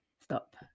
Stop